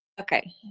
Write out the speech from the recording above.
Okay